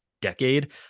decade